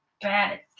bad